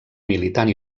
militant